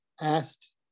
asked